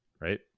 right